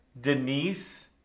Denise